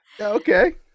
okay